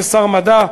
כשר המדע,